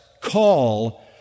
call